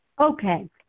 Okay